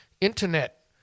internet